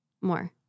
More